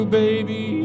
baby